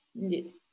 indeed